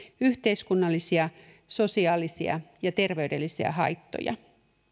yhteiskunnallisia sosiaalisia ja terveydellisiä haittoja